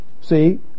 See